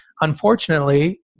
Unfortunately